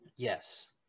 Yes